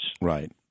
right